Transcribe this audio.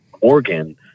organ